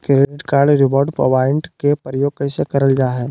Credit card reward point के प्रयोग कैसे करल जा है?